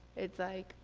it's like,